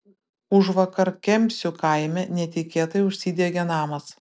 užvakar kemsių kaime netikėtai užsidegė namas